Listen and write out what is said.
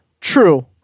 True